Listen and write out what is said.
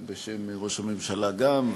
ובשם ראש הממשלה גם,